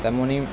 তেমনই